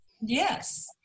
yes